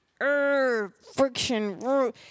friction